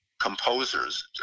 composers